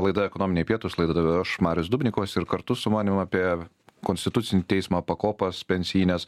laida ekonominiai pietūs laidą vedu aš marius dubnikovas ir kartu su manim apie konstitucinį teismą pakopas pensijines